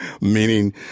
Meaning